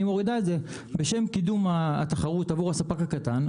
אני מורידה את זה בשם קידום התחרות עבור הספק הקטן,